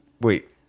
Wait